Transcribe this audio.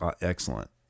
excellent